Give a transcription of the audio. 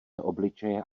obličeje